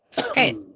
Okay